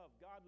God